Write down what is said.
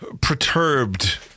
perturbed